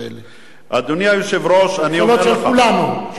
ממשלות של כולנו, של כולנו.